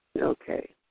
Okay